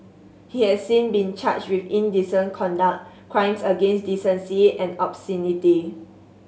he has since been charged with indecent conduct crimes against decency and obscenity